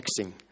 texting